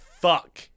Fuck